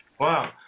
Wow